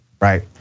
right